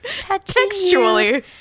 Textually